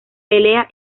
pelea